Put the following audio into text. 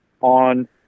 on